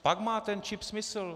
Pak má ten čip smysl.